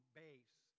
base